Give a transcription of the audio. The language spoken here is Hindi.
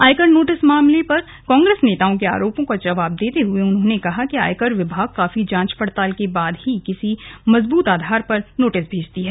आयकर नोटिस मामले पर कांग्रेस नेताओं के आरोपों का जवाब देते हए उन्होंने कहा कि आयकर विभाग काफी जांच पड़ताल के बाद किसी मज़बूत आधार पर ही नोटिस देता है